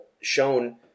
shown